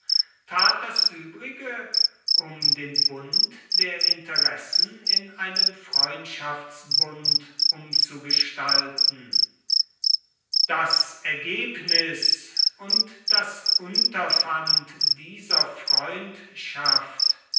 tat das übrige um den bund der interessen in einen freundschaftsbund umzugestalten das ergebnis und das unterpfand dieser freundschaft